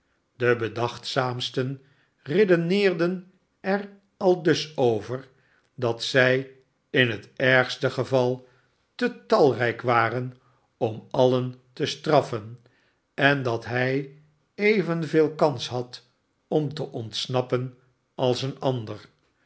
de bedachtzaamste redeneerde er aldus over dat z m het ergste geval te talrijk waren om alien te straffen en da h hrz rt kani had t te ontsnappen als een ander